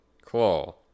Claw